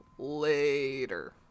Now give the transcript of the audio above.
Later